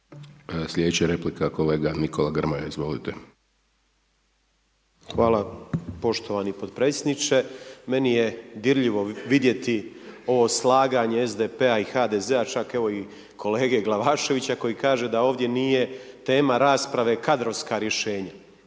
Slijedeća replika kolega Nikola Grmoja, izvolite. **Grmoja, Nikola (MOST)** Hvala poštovani podpredsjedniče. Meni je dirljivo vidjeti ovo slaganje SDP-a i HDZ-a, čak, evo i kolege Glavaševića koji kaže da ovdje nije tema rasprave kadrovska rješenja.